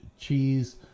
cheese